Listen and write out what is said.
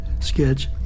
sketch